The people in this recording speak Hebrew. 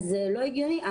זה לא הגיוני.